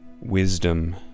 wisdom